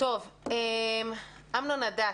אמנון הדס,